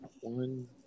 one